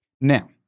Now